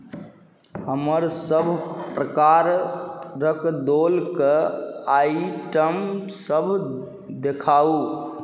हमर सभ प्रकारक दोल कए आइटम सभ देखाउ